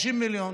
50 מיליון.